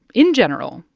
in general,